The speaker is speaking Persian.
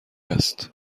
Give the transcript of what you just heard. است